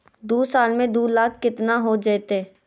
दू साल में दू लाख केतना हो जयते?